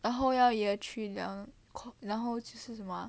然后要 year three 了 然后就是什么 jiu shi shen me